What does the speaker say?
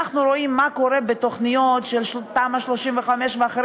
אנחנו רואים מה קורה בתוכניות של תמ"א 35 ואחרות.